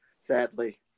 Sadly